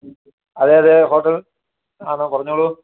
അതെയതെ ഹോട്ടൽ ആണ് പറഞ്ഞോളൂ